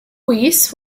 weiss